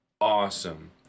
awesome